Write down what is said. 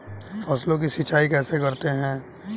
फसलों की सिंचाई कैसे करते हैं?